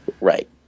right